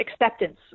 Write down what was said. acceptance